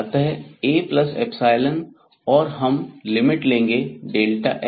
अतः Aϵ और हम लिमिट लेंगेx→0